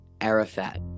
Arafat